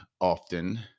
often